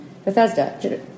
Bethesda